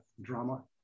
drama